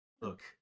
Look